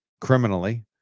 criminally